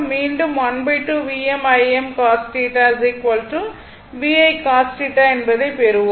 மீண்டும் 12 Vm Im cos θ V I cos θ என்பதை பெறுவோம்